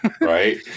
Right